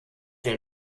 der